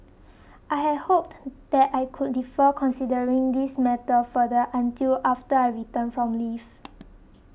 I had hoped that I could defer considering this matter further until after I return from leave